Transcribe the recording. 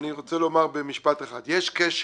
אני רוצה לומר במשפט אחד: יש קשר